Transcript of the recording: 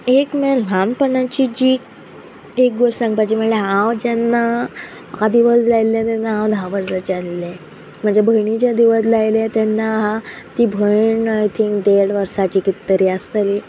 एक म्हळ्यार ल्हानपणाची जी एक वर्स सांगपाची म्हळ्यार हांव जेन्ना म्हाका दिवज लायल्ले तेन्ना हांव धा वर्सांचें आसल्ले म्हजे भयणी जे दिवज लायले तेन्ना ती भयण आय थींक देड वर्साची कितें तरी आसतली